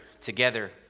together